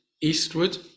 eastward